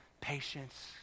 patience